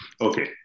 Okay